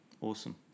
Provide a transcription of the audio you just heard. awesome